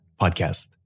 podcast